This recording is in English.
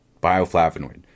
bioflavonoid